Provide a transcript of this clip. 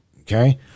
okay